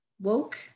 woke